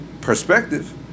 perspective